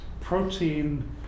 protein